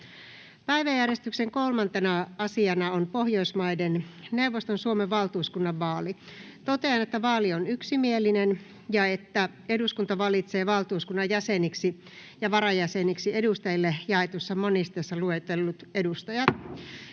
Päiväjärjestyksen 3. asiana on Pohjoismaiden neuvoston Suomen valtuuskunnan vaali. Totean, että vaali on yksimielinen ja että eduskunta valitsee valtuuskunnan jäseniksi ja varajäseniksi edustajille jaetussa monisteessa luetellut edustajat.